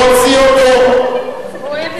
הכנסת אקוניס, אני קורא אותך לסדר פעם שלישית.